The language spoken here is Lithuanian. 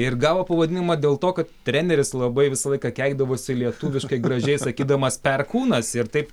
ir gavo pavadinimą dėl to kad treneris labai visą laiką keikdavosi lietuviškai gražiai sakydamas perkūnas ir taip